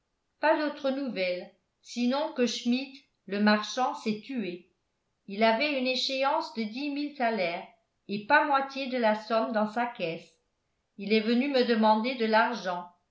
pas d'autres nouvelles sinon que schmidt le marchand s'est tué il avait une échéance de dix mille thalers et pas moitié de la somme dans sa caisse il est venu me demander de l'argent